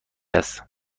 است